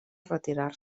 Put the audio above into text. retirar